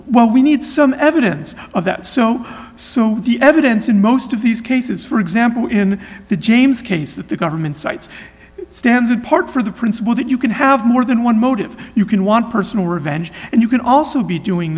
well we need some evidence of that so so the evidence in most of these cases for example in the james case that the government cites stands apart for the principle that you can have more than one motive you can want personal revenge and you can also be doing